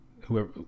whoever